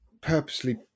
purposely